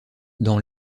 dans